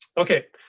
ok,